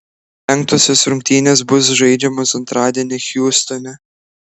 penktosios rungtynės bus žaidžiamos antradienį hjustone